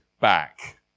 back